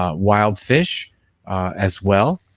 um wild fish as well,